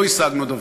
לא השגנו דבר.